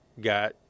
got